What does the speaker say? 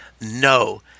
No